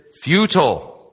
futile